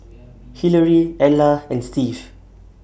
Hillary Ella and Steve